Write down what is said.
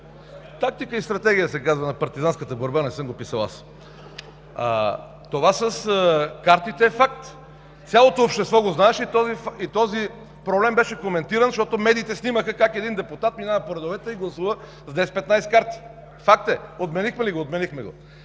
Тактика и стратегия – се казва – на партизанската борба. Не съм го писал аз. Това с картите е факт. Цялото общество го знаеше и този проблем беше коментиран, защото медиите снимаха как един депутат минава по редовете и гласува с 10-15 карти. Факт е. Отменихме ли го? Отменихме го.